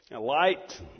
Light